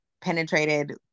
penetrated